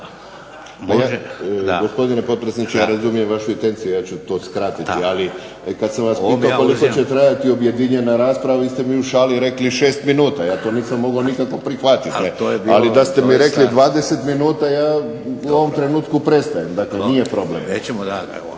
Gospodine predsjedniče, ja ću to skratiti, kada sam vas pitao koliko će trajati objedinjena rasprava vi ste mi u šali rekli 6 minuta, ja to nisam mogli nikako prihvatiti, ali da ste mi rekli 20 minuta ja u ovom trenutku prestajem, nije problem. **Šeks,